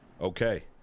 okay